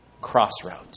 crossroads